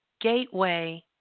gateway